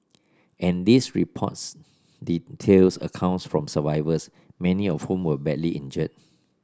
and this reports details accounts from survivors many of whom were badly injured